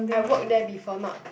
I work there before not